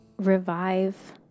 Revive